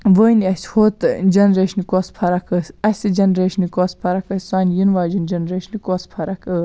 ؤنۍ اَسہِ ہُتھ جَنریشنہِ کۄس فَرَق ٲسۍ اَسہِ جَنریشنہِ کۄس فَرَق پے سانہِ یِنہٕ واجنہِ جَنریشنہِ کۄس فَرَق ٲس